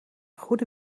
goede